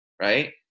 right